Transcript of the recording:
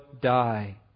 die